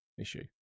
issue